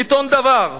עיתון "דבר",